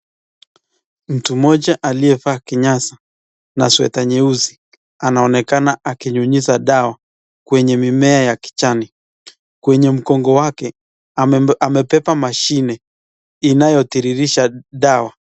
Mtu moja aliyevaa kinyesa na sweta nyeusi, anaonekana akinyunyisa dawa kwenye mimea ya kijani, kwenye mgongo wake amebeba mashini, inayotiririsha dawa.